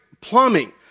plumbing